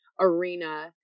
arena